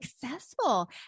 successful